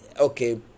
okay